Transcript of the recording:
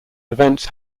events